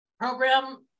program